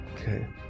Okay